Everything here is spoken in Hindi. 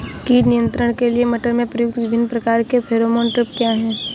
कीट नियंत्रण के लिए मटर में प्रयुक्त विभिन्न प्रकार के फेरोमोन ट्रैप क्या है?